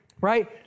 right